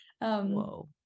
Whoa